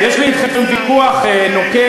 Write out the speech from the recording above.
יש לי אתכם ויכוח נוקב.